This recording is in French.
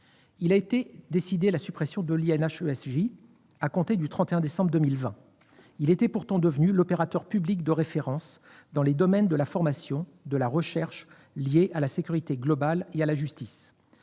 Il a été décidé de supprimer l'INHESJ à compter du 31 décembre 2020. Cet institut était pourtant devenu l'opérateur public de référence dans les domaines de la formation et de la recherche liées à la sécurité globale et à la justice